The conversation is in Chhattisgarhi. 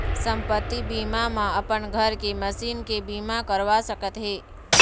संपत्ति बीमा म अपन घर के, मसीन के बीमा करवा सकत हे